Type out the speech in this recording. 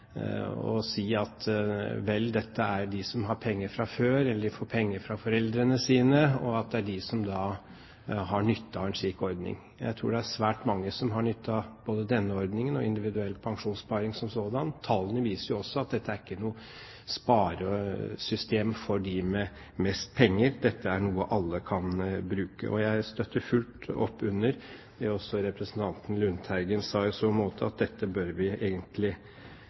at vel, dette er de som har penger fra før, eller de får penger fra foreldrene sine, og at det er de som har nytte av en slik ordning. Jeg tror det er svært mange som har nytte av både denne ordningen og individuell pensjonssparing som sådan. Tallene viser jo også at dette er ikke noe sparesystem for dem med mest penger – dette er noe alle kan bruke. Jeg støtter fullt opp under det representanten Lundteigen sa i så måte, at dette bør vi